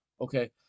okay